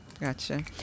Gotcha